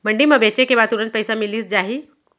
मंडी म बेचे के बाद तुरंत पइसा मिलिस जाही?